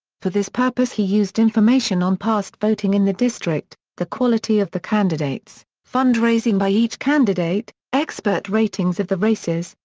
for this purpose he used information on past voting in the district, the quality of the candidates, fundraising by each candidate, expert ratings of the races,